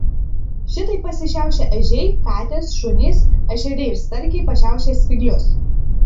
šitaip pasišiaušia ežiai katės šunys ešeriai ir starkiai pašiaušia spyglius